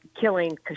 killing